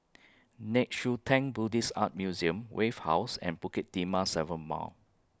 Nei Xue Tang Buddhist Art Museum Wave House and Bukit Timah seven Mile